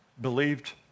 believed